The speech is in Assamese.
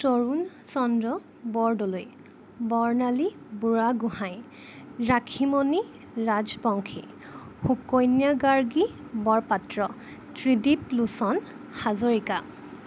তৰুণ চন্দ্ৰ বৰদলৈ বৰ্ণালী বুঢ়াগোঁহাই ৰাখিমনি ৰাজবংশী শুকন্যাগাৰ্গী বৰপাত্ৰ ত্ৰিদীপ লোচন হাজৰিকা